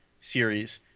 series